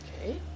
Okay